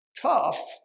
Tough